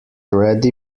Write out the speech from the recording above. ready